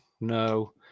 no